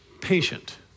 patient